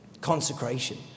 Consecration